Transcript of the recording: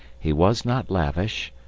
he was not lavish,